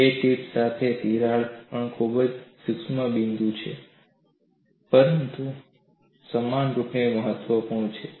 બે ટીપ્સ સાથે તિરાડ આ પણ ખૂબ જ સૂક્ષ્મ બિંદુ છે પરંતુ સમાનરૂપે મહત્વપૂર્ણ છે